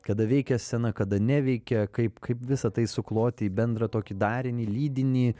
kada veikia scena kada neveikia kaip kaip visa tai sukloti į bendrą tokį darinį lydinį